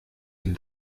ihm